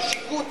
על שיכון.